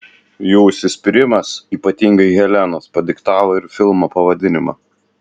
jų užsispyrimas ypatingai helenos padiktavo ir filmo pavadinimą